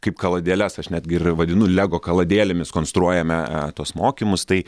kaip kaladėles aš netgi ir vadinu lego kaladėlėmis konstruojame tuos mokymus tai